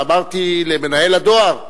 ואמרתי למנהל הדואר: